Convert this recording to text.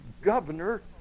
governor